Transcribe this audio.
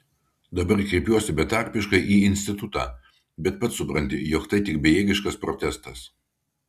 dabar kreipiuosi betarpiškai į institutą bet pats supranti jog tai tik bejėgiškas protestas